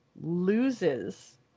loses